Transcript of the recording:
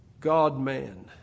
God-man